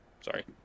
Sorry